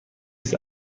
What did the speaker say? است